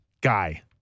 guy